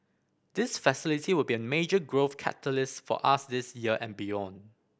this facility will be a major growth catalyst for us this year and beyond